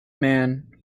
man